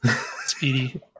Speedy